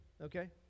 okay